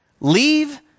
Leave